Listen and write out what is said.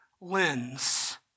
lens